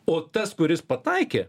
o tas kuris pataikė